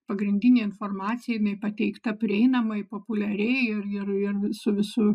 pagrindinė informacija jinai pateikta prieinamai populiariai ir ir ir su visu